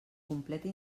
completi